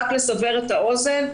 רק לסבר את האוזן,